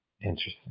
Interesting